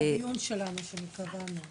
זה הדיון שקבענו בוועדה.